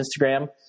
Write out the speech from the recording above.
Instagram